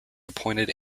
appointed